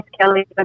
kelly